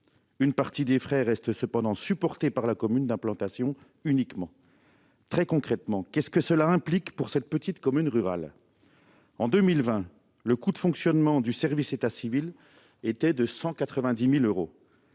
Une partie des frais restent cependant supportés uniquement par la commune d'implantation. Très concrètement, qu'est-ce que cela implique pour notre petite commune rurale ? En 2020, le coût de fonctionnement du service de l'état civil était de 190 000 euros,